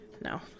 No